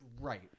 right